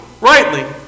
rightly